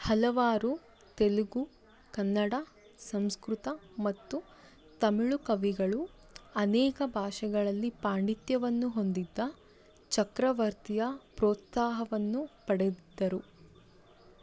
ಹಲವಾರು ತೆಲುಗು ಕನ್ನಡ ಸಂಸ್ಕೃತ ಮತ್ತು ತಮಿಳು ಕವಿಗಳು ಅನೇಕ ಭಾಷೆಗಳಲ್ಲಿ ಪಾಂಡಿತ್ಯವನ್ನು ಹೊಂದಿದ್ದ ಚಕ್ರವರ್ತಿಯ ಪ್ರೋತ್ಸಾಹವನ್ನು ಪಡೆದಿದ್ದರು